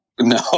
No